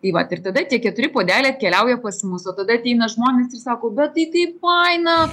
tai vat ir tada tie keturi puodeliai atkeliauja pas mus o tada ateina žmonės ir sako bet tai taip faina